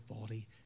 body